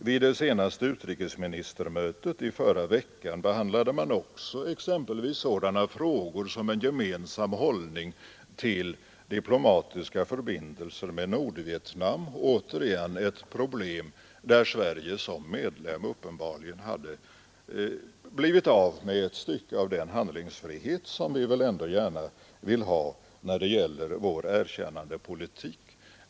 Vid det senaste utrikesministermötet i förra veckan behandlade 21 mars 1973 man också exempelvis sådana frågor som en gemensam hållning till diplomatiska förbindelser med Nordvietnam, återigen ett problem där Sverige som medlem uppenbarligen hade blivit av med ett stycke av den handlingsfrihet som vi väl ändå gärna vill ha när det gäller vår erkännandepolitik.